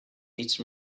each